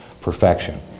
perfection